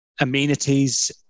amenities